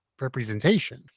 representation